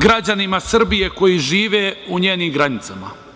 građanima Srbije koji žive u njenim granicama.